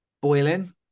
boiling